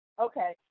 okay